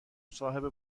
صاحب